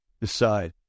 decide